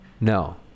no